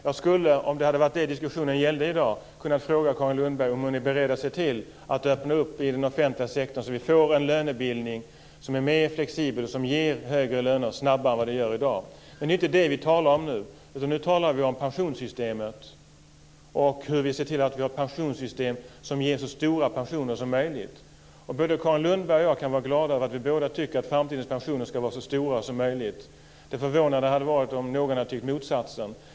Jag skulle - om diskussionen hade gällt detta i dag - ha kunnat fråga Carin Lundberg om hon är beredd att se till att öppna upp den offentliga sektorn så att det blir en mer flexibel lönebildning som ger högre löner snabbare än i dag. Men det är inte det vi talar om nu. Nu talar vi om pensionssystemet och hur vi ser till att få ett pensionssystem som ger så stora pensioner som möjligt. Både Carin Lundberg och jag kan vara glada över att vi båda tycker att framtidens pensioner ska vara så stora som möjligt. Det förvånande hade varit om någon hade tyckt motsatsen.